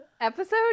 Episode